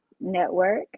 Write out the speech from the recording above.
Network